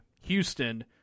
Houston